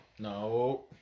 no